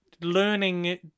learning